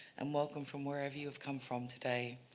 and welcome from wherever you have come from today,